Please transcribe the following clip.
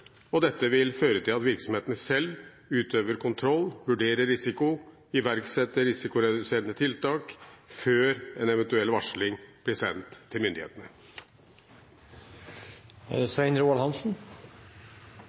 og dette vil føre til at virksomhetene selv utøver kontroll, vurderer risiko og iverksetter risikoreduserende tiltak, før en eventuell varsling blir sendt til myndighetene. Saksordføreren har redegjort utmerket for en